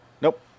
Nope